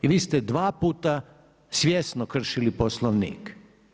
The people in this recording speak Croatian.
I vi ste dva puta svjesno kršili Poslovnik.